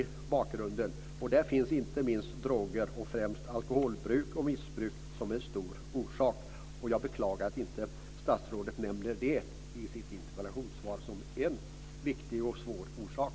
Inte minst droger - det gäller då främst alkoholbruk och missbruk - är en viktig orsak. Jag beklagar att statsrådet inte nämner detta i sitt interpellationssvar som en viktig och svår orsak.